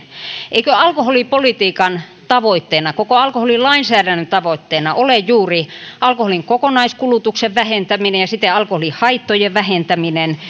eikö alkoholipolitiikan tavoitteena koko alkoholilainsäädännön tavoitteena ole juuri alkoholin kokonaiskulutuksen vähentäminen ja siten alkoholihaittojen vähentäminen